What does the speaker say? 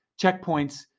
checkpoints